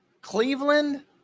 Cleveland